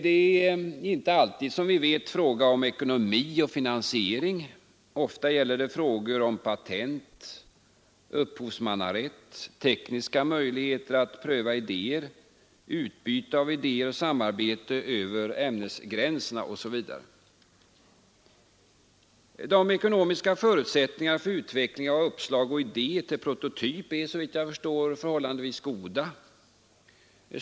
Det är, som vi vet, inte alltid fråga om ekonomi och finansiering. Ofta gäller det frågor om patent, upphovsmannarätt, tekniska möjligheter att pröva idéer, utbyte av idéer, samarbete över ämnesgränserna osv. De ekonomiska förutsättningarna för utveckling av uppslag och idé till prototyp är såvitt jag förstår förhållandevis goda.